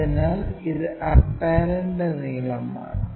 അതിനാൽ ഇത് അപ്പറെന്റ് നീളമാണ്